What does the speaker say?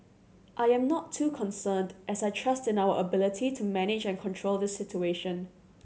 I am not too concerned as I trust in our ability to manage and control this situation